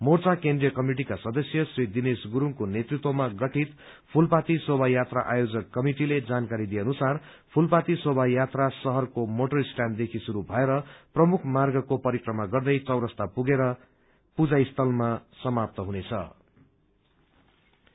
मोर्चा केन्द्रीय कमिटिका सदस्य श्री दिनेश गुरुङको नेतृत्मा गठित फूलपाती शोभा यात्रा आयोजक कमिटिले जानकारी दिए अनुसार फूलपाती शोभायात्रा शहरको मोटर स्टयाण्डदेखि शुरू भएर प्रमुख मार्गको परिक्रमा गर्दै चौरास्ता पूजा स्थलमा पूगी समाप्त हुने बताए